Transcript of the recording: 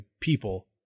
people